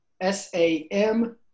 S-A-M